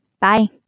Bye